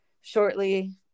shortly